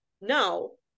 no